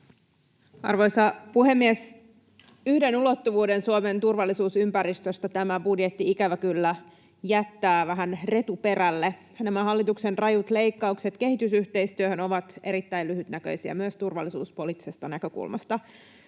Arvoisa puhemies! Yhden ulottuvuuden Suomen turvallisuusympäristöstä tämä budjetti ikävä kyllä jättää vähän retuperälle. Nämä hallituksen rajut leikkaukset kehitysyhteistyöhön ovat erittäin lyhytnäköisiä myös turvallisuuspoliittisesta näkökulmasta.